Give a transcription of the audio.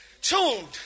tuned